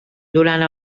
durant